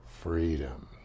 freedom